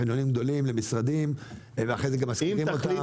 חניונים גדולים למשרדים ואחרי זה גם משכירים אותם.